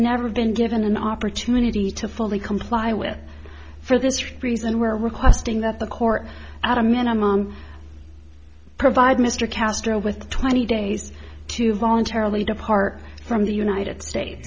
never been given an opportunity to fully comply with for this reason we're requesting that the court out a minimum provide mr castro with twenty days to voluntarily depart from the united states